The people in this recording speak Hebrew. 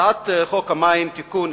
לפי הצעת חוק המים (תיקון,